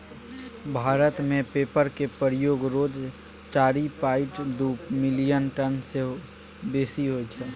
भारत मे पेपरक प्रयोग रोज चारि पांइट दु मिलियन टन सँ बेसी होइ छै